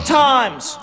times